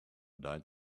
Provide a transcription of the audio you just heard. died